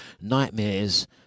nightmares